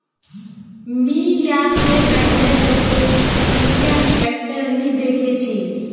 मी या से पहले दोपहिया ट्रैक्टर नी देखे छी